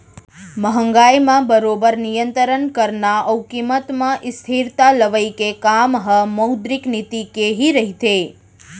महंगाई म बरोबर नियंतरन करना अउ कीमत म स्थिरता लवई के काम ह मौद्रिक नीति के ही रहिथे